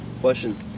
Question